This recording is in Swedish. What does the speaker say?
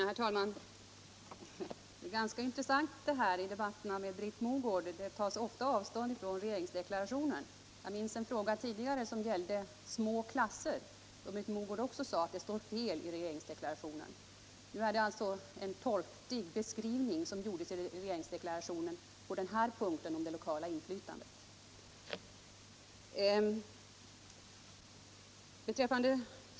Herr talman! Ett ganska intressant fenomen i debatterna med Britt Mogård är att det ofta tas avstånd från regeringsdeklarationen. Jag minns en tidigare fråga — den gällde små klasser — då Britt Mogård också sade att det står fel i regeringsdeklarationen. Nu är det en torftig beskrivning som gjorts i regeringsdeklarationen av det lokala inflytandet.